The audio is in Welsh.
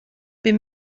bum